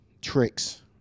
tricks